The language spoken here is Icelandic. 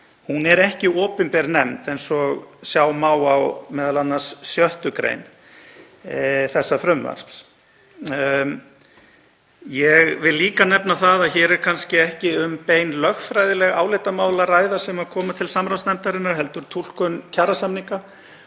Hún er ekki opinber nefnd, eins og sjá má á m.a. 6. gr. þessa frumvarps. Ég vil líka nefna það að hér er kannski ekki um bein lögfræðileg álitamál að ræða sem koma til samráðsnefndarinnar heldur túlkun kjarasamninga